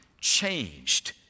changed